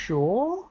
Sure